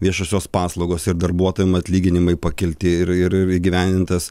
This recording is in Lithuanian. viešosios paslaugos ir darbuotojam atlyginimai pakelti ir ir įgyvendintas